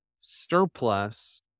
surplus